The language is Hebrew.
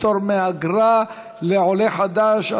פטור מאגרה לעולה חדש),